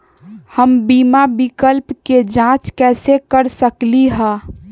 हम बीमा विकल्प के जाँच कैसे कर सकली ह?